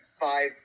five